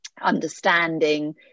understanding